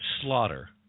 slaughter